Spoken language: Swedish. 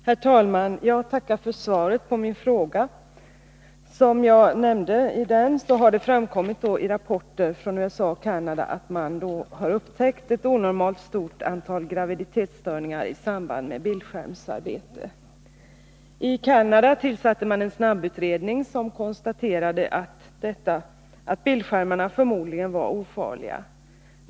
Herr talman! Jag tackar för svaret på min fråga. Som jag nämnde i den har det framkommit i rapporter från Canada att man har upptäckt ett onormalt stort antal graviditetsstörningar i samband med bildskärmsarbete. I Canada tillsatte man en snabbutredning, som konstaterade att bildskärmarna förmodligen var ofarliga.